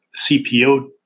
CPO